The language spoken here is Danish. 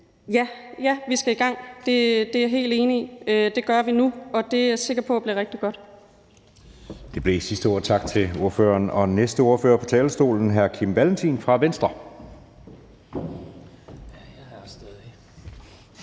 Ja, vi skal i gang. Det er jeg helt enig i, og det gør vi nu, og det er jeg sikker på bliver rigtig godt.